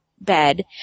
bed